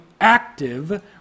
active